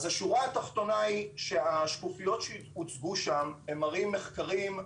אז השורה התחתונה היא שבשקופיות שהוצגו שם הם מראים מחקרים,